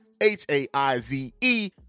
H-A-I-Z-E